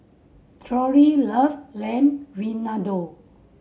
Torey love Lamb Vindaloo